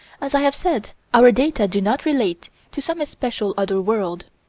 as i have said, our data do not relate to some especial other world.